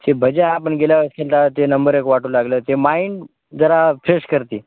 ते भजा आपण गेल्या असेल तर ते नंबर एक वाटू लागलं ते माईंड जरा फ्रेश करते